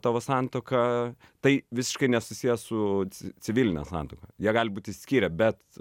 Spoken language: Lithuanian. tavo santuoką tai visiškai nesusiję su ci civiline santuoka jie gali būt išsiskyrę bet